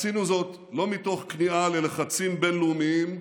עשינו זאת לא מתוך כניעה ללחצים בין-לאומיים,